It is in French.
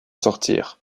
sortir